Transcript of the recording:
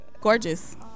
Gorgeous